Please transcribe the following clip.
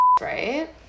right